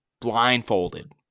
blindfolded